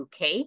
UK